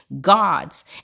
gods